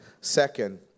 Second